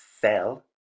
fell